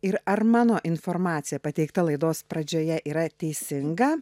ir ar mano informacija pateikta laidos pradžioje yra teisinga